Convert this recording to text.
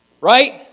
Right